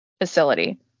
facility